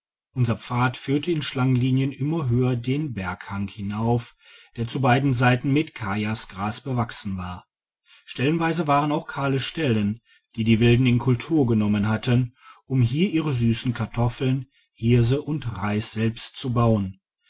unser pfad ftihrte in schlangenlinien immer höher den berghang hinauf der zu beiden seiten mit kajasgras bewachsen war stellenweise waren auch kahle stellen die die wilden in kultur genommen hatten um hier ihre süssen kartoffeln hirse und reis selbst zu bauen